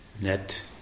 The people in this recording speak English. Net